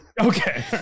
Okay